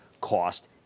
cost